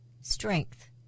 Strength